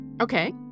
Okay